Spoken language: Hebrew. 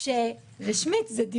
ככל שבאמת הוועדה כן רוצה להכניס את